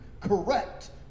correct